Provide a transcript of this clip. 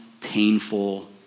painful